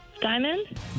Diamond